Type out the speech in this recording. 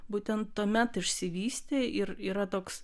būtent tuomet išsivystė ir yra toks